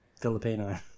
Filipino